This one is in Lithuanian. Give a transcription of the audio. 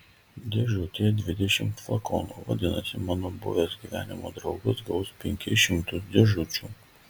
dėžutėje dvidešimt flakonų vadinasi mano buvęs gyvenimo draugas gaus penkis šimtus dėžučių